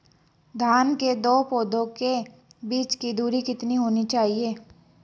धान के दो पौधों के बीच की दूरी कितनी होनी चाहिए?